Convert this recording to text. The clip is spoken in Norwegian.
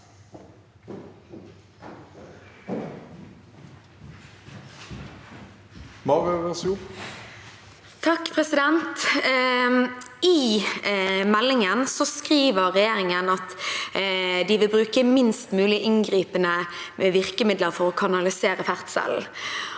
I meldingen skriver regjeringen at de vil bruke minst mulig inngripende virkemidler for å kanalisere ferdselen.